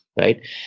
right